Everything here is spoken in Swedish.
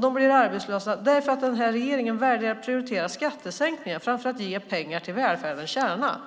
De blir arbetslösa därför att regeringen väljer att prioritera skattesänkningar framför att ge pengar till välfärdens kärna.